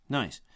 nice